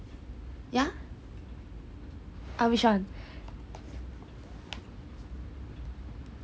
ya ah which one